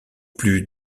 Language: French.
plus